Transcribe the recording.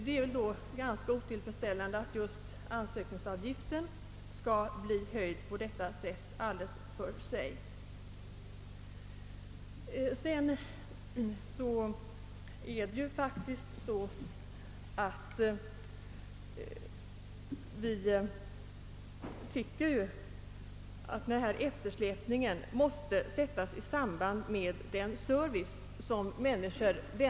Det är väl då otillfredsställande att just ansökningsavgiften skall höjas på detta sätt. Vi anser vidare att ansökningsavgiften bör stå i rimlig proportion till den service som verket ger.